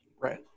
right